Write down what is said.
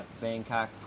Bangkok